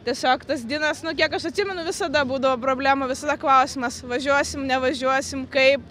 tiesiog tas dinas nu kiek aš atsimenu visada būdavo problemų visada klausimas važiuosim nevažiuosim kaip